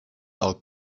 del